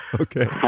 Okay